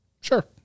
sure